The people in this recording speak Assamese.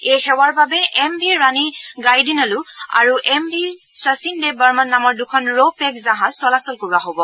এই সেৱাৰ বাবে এম ভি ৰাণী গাইডিনলু আৰু এম ভি শচীন দেৱ বৰ্মন নামৰ দুখন ৰো পেক্স জাহাজ চলাচল কৰোৱা হ'ব